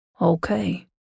Okay